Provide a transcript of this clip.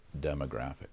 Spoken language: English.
demographic